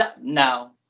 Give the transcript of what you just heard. No